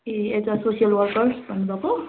A as a social worker भन्नु भएको